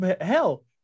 hell